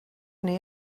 neu